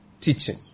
teaching